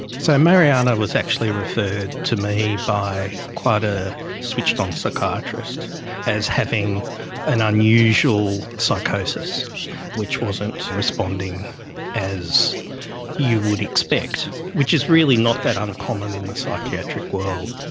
so mariana was actually referred to me by quite a switched-on psychiatrist as having an unusual psychosis which wasn't responding as you would expect, which is really not that uncommon in the psychiatric world.